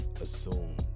assume